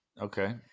Okay